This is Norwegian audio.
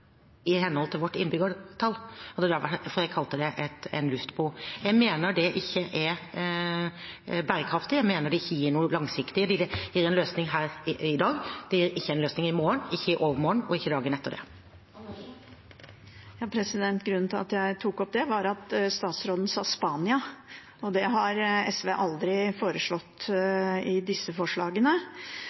jeg kalte det en luftbro. Jeg mener det ikke er bærekraftig. Jeg mener det ikke er noe langsiktig. Det gir en løsning her i dag; det gir ikke en løsning i morgen, ikke i overmorgen og ikke dagen etter det. Grunnen til at jeg tok opp det, var at statsråden sa Spania, og det har SV aldri foreslått i disse forslagene.